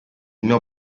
mio